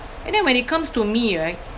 and then when it comes to me right